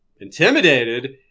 intimidated